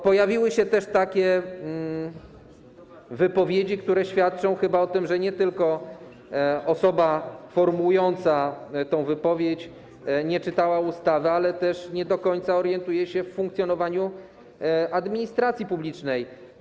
Pojawiły się też takie wypowiedzi, które świadczą chyba o tym, że osoba formułująca tę wypowiedź nie tylko nie czytała ustawy, ale też nie do końca orientuje się w funkcjonowaniu administracji publicznej.